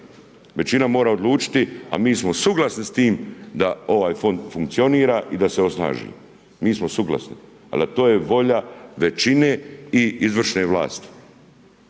Većina mora odlučiti a mi smo suglasni s tim da ovaj fond funkcionira i da se osnaži. Mi smo suglasni ali to je volja većine i izvršne vlasti.